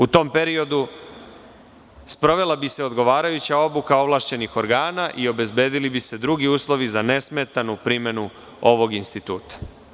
U tom periodu sprovela bi se odgovarajuća obuka ovlašćenih organa i obezbedili bi se drugi uslovi za nesmetanu primenu ovog instituta.